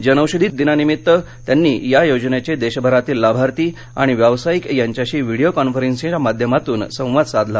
जनौषधी दिनानिमित्त त्यांनी या योजनेचे देशभरातील लाभार्थी आणि व्यावसायिक यांच्याशी व्हिडीओ कॉन्फरन्सिंगच्या माध्यमातून संवाद साधला